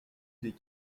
des